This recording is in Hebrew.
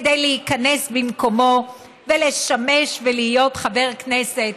כדי להיכנס במקומו ולשמש ולהיות חבר כנסת,